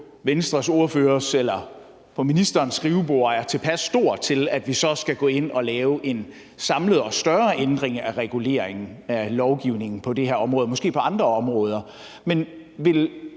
Venstres ordførers eller på ministerens skrivebord er tilpas stor, skal gå ind at lave en samlet og større ændring af reguleringen af lovgivningen på det her område og måske på andre områder. Men vil